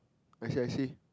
I see I see